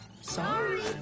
Sorry